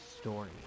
story